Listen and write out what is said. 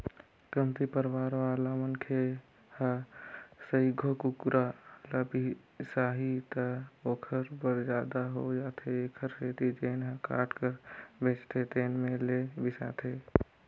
कमती परवार वाला मनखे ह सइघो कुकरा ल बिसाही त ओखर बर जादा हो जाथे एखरे सेती जेन ह काट कर बेचथे तेन में ले बिसाथे